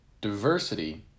diversity